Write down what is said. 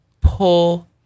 pull